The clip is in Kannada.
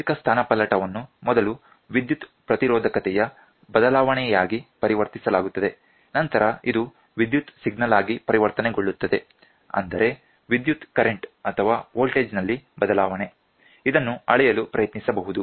ಯಾಂತ್ರಿಕ ಸ್ಥಾನಪಲ್ಲಟವನ್ನು ಮೊದಲು ವಿದ್ಯುತ್ ಪ್ರತಿರೋಧಕತೆಯ ಬದಲಾವಣೆಯಾಗಿ ಪರಿವರ್ತಿಸಲಾಗುತ್ತದೆ ನಂತರ ಇದು ವಿದ್ಯುತ್ ಸಿಗ್ನಲ್ ಆಗಿ ಪರಿವರ್ತನೆಗೊಳ್ಳುತ್ತದೆ ಅಂದರೆ ವಿದ್ಯುತ್ ಕರೆಂಟ್ ಅಥವಾ ವೋಲ್ಟೇಜ್ನಲ್ಲಿ ಬದಲಾವಣೆ ಇದನ್ನು ಅಳೆಯಲು ಪ್ರಯತ್ನಿಸಬಹುದು